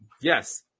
yes